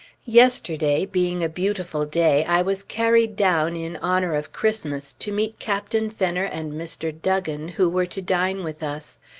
yesterday, being a beautiful day, i was carried down in honor of christmas, to meet captain fenner and mr. duggan who were to dine with us.